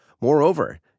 Moreover